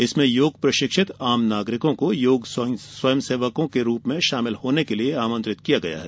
इसमें योग प्रशिक्षित आम नागरिकों को योग स्वयंसेवकों के रूप में शामिल होने के लिये आमंत्रित किया गया है